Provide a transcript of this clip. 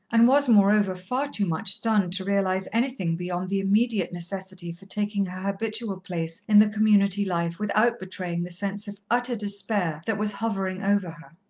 and was, moreover, far too much stunned to realize anything beyond the immediate necessity for taking her habitual place in the community life without betraying the sense of utter despair that was hovering over her.